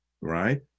right